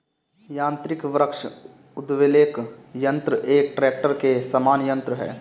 यान्त्रिक वृक्ष उद्वेलक यन्त्र एक ट्रेक्टर के समान यन्त्र है